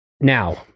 Now